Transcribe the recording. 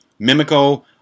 mimico